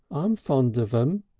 i'm fond of them,